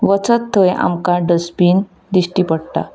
वचत थंय आमकां डस्टबीन दिश्टी पडटा